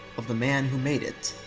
of the man who made it,